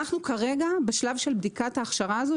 אנחנו כרגע בשלב של בדיקת ההכשרה הזאת.